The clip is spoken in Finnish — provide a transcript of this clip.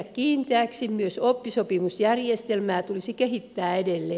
myös oppisopimusjärjestelmää tulisi kehittää edelleen